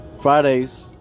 Fridays